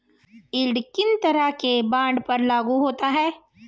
Yield किन तरह के बॉन्ड पर लागू होता है?